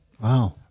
Wow